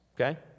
okay